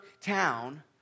town